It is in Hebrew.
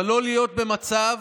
אבל לא להיות במצב